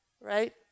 right